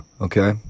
okay